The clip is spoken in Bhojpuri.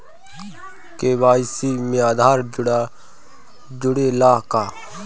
के.वाइ.सी में आधार जुड़े ला का?